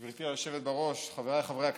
גברתי היושבת בראש, חבריי חברי הכנסת,